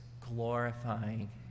glorifying